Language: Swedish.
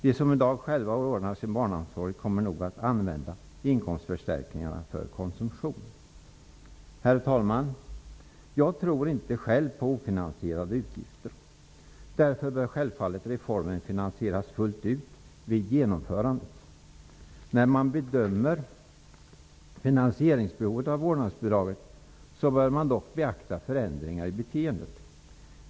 De som i dag själva ordnar sin barnomsorg kommer nog att använda inkomstförstärkningen för konsumtion. Herr talman! Jag tror inte själv på ofinansierade utgifter. Därför bör självfallet reformen finansieras fullt ut vid genomförandet. När man bedömer finansieringsbehovet för vårdnadsbidraget så bör man dock beakta förändringar i beteendet.